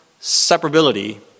separability